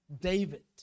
David